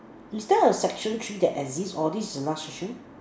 is there a section three that exists or this is the last section